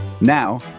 Now